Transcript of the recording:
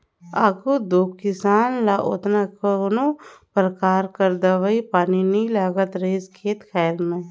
आघु दो किसान ल ओतना कोनो परकार कर दवई पानी नी लागत रहिस खेत खाएर में